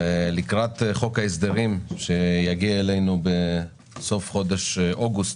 לקראת חוק ההסדרים שיגיע אלינו בסוף חודש אוגוסט,